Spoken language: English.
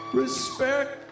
respect